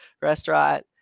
restaurant